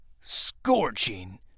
scorching